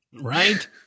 Right